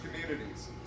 communities